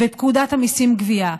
בפקודת המיסים (גבייה).